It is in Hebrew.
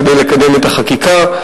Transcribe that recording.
כדי לקדם את החקיקה.